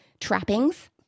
trappings